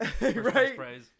Right